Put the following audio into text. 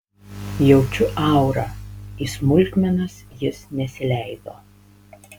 jaučiu aurą į smulkmenas jis nesileido